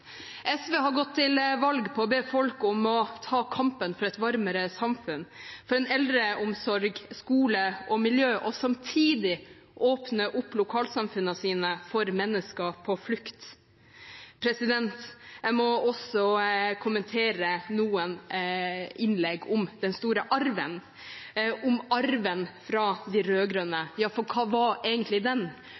SV har gått til valg på å be folk om å ta kampen for et varmere samfunn, for eldreomsorg, skole og miljø, og samtidig åpne opp lokalsamfunnene sine for mennesker på flukt. Jeg må også kommentere noen innlegg om den store arven, om arven fra de rød-grønne. For hva var egentlig den?